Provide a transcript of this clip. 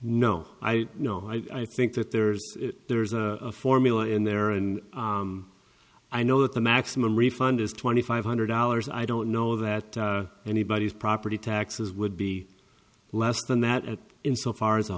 no i know i think that there's there's a formula in there and i know that the maximum refund is twenty five hundred dollars i don't know that anybody's property taxes would be less than that in so far as a